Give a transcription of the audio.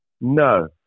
No